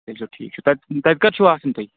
تیٚلہِ چھُو ٹھیٖک چھُ تَتہِ تَتہِ کَتہِ چھُو آسٕنۍ تُہۍ